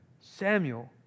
Samuel